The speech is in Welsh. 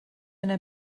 yna